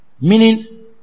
Meaning